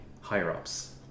higher-ups